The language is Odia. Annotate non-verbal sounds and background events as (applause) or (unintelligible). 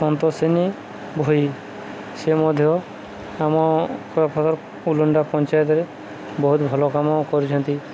ସନ୍ତୋସେନି ଭୋଇ ସେ ମଧ୍ୟ ଆମ (unintelligible) ପଞ୍ଚାୟତରେ ବହୁତ ଭଲ କାମ କରିଛନ୍ତି